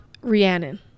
Rhiannon